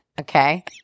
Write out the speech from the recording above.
Okay